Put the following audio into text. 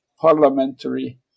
parliamentary